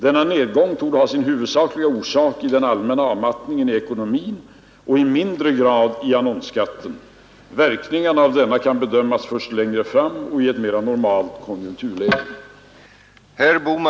Denna nedgång torde ha sin huvudsakliga orsak i den allmänna avmattningen i ekonomin och i mindre grad i annonsskatten. Verkningarna av denna kan bedömas först längre fram i ett mera normalt konjunkturläge.